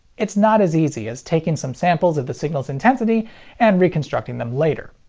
it's not as easy as taking some samples of the signal's intensity and reconstructing them later.